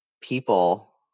people